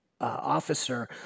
officer